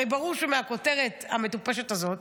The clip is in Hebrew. הרי ברור שמהכותרת המטופשת הזאת